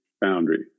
boundary